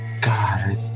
God